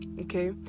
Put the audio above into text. okay